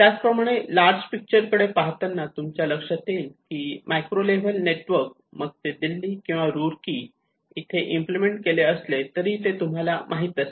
त्याचप्रमाणे large picture कडे पाहतांना तुमच्या लक्षात येईल की मायक्रो लेव्हल नेटवर्क मग ते दिल्लीत किंवा रूर्की येथे इम्प्लिमेंट केले असले तरी ते तुम्हाला माहीत असते